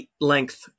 length